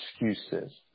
excuses